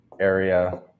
area